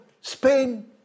Spain